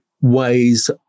ways